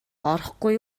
орохгүй